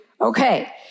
Okay